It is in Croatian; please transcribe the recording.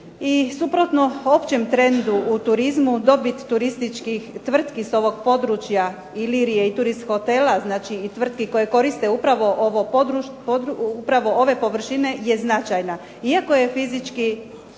I suprotno općem trendu u turizmu dobit turističkih tvrtki s ovog područja "Ilirije" i "Turist Hotela", znači i tvrtki koje koriste upravo ove površine je značajna. Iako je fizički